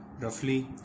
Roughly